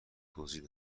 توضیح